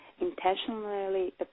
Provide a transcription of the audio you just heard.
intentionally